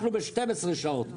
אנחנו ב-12 שעות.